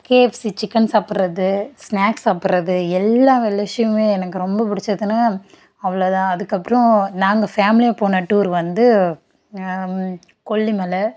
KFC chicken சாப்புடுறது snacks சாப்புடுறது எல்லா எனக்கு ரொம்ப பிடிச்சதுன்னா அவ்ளோ தான் அதற்கப்றம் நாங்கள் ஃபேமிலியா போன டூர் வந்து கொல்லிமலை